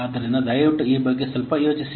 ಆದ್ದರಿಂದ ದಯವಿಟ್ಟು ಈ ಬಗ್ಗೆ ಯೋಚಿಸಿ